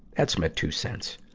that's my two cents.